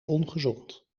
ongezond